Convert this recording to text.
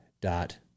dot